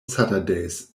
saturdays